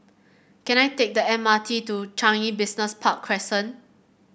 can I take the M R T to Changi Business Park Crescent